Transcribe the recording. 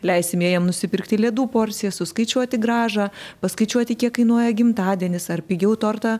leisime jiem nusipirkti ledų porciją suskaičiuoti grąžą paskaičiuoti kiek kainuoja gimtadienis ar pigiau tortą